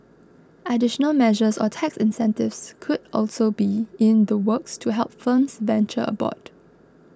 additional measures or tax incentives could also be in the works to help firms venture aboard